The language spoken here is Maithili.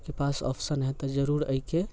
के पास ऑप्शन हइ तऽ जरूर एहिके